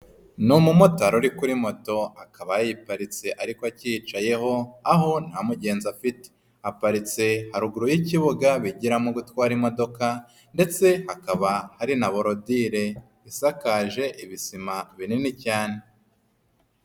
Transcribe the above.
Ni umu motari uri kuri moto akaba yayi paritse ariko akiyicayeho, aho nta mugenzi afite, aparitse haruguru y'ikibuga bigiramo gutwara imodoka ndetse hakaba hari na borodire isakaje ibisima binini cyane.